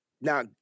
now